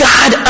God